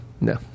No